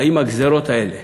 האם הגזירות האלה,